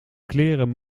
kleren